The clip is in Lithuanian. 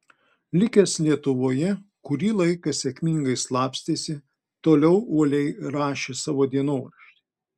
likęs lietuvoje kurį laiką sėkmingai slapstėsi toliau uoliai rašė savo dienoraštį